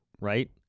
right